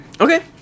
Okay